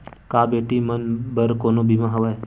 का बेटी मन बर कोनो बीमा हवय?